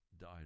died